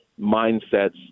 mindsets